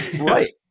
Right